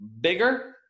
bigger